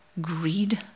greed